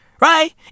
Right